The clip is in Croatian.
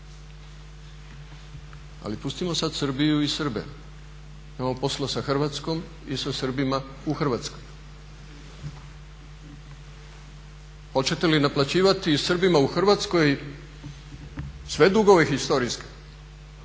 Ali pustimo sada Srbiju i Srbe, imamo posla sa Hrvatskom i sa Srbima u Hrvatskoj. Hoćete li naplaćivati Srbima u Hrvatskoj sve dugove historijske